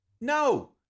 No